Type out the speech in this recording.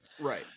Right